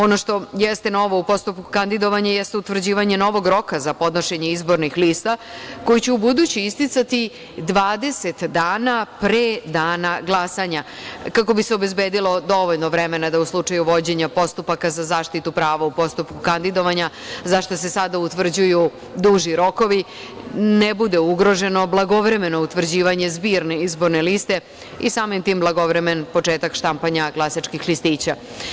Ono što jeste novo u postupku kandidovanja, jeste utvrđivanje novog roka za podnošenje izbornih lista, koji će ubuduće isticati 20 dana pre dana glasanja kako bi se obezbedilo dovoljno vremena da u slučaju vođenja postupaka za zaštitu prava u postupku kandidovanja, za šta se sada utvrđuju duži rokovi, ne bude ugroženo blagovremeno utvrđivanje zbirne izborne liste i samim tim blagovremen početak štampanja glasačkih listića.